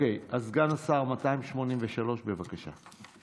אוקיי, אז סגן השר, 283, בבקשה.